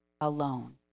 alone